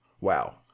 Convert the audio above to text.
Wow